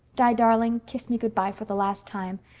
di, darling, kiss me good-bye for the last time.